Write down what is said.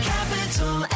Capital